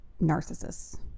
narcissists